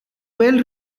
well